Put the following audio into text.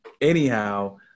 anyhow